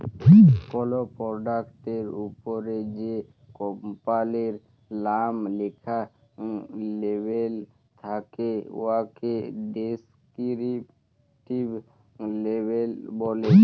call পরডাক্টের উপরে যে কম্পালির লাম লিখ্যা লেবেল থ্যাকে উয়াকে ডেসকিরিপটিভ লেবেল ব্যলে